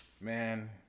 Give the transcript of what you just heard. Man